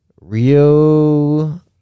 Rio